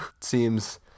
seems